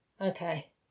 Okay